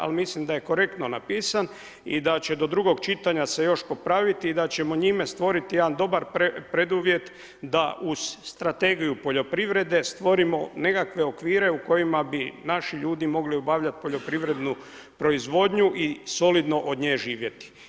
Ali mislim da je korektno napisan i da će do drugog čitanja se još popraviti i da ćemo njime stvoriti jedan dobar preduvjet da uz Strategiju poljoprivrede stvorimo nekakve okvire u kojima bi naši ljudi mogli obavljati poljoprivrednu proizvodnju i solidno od nje živjeti.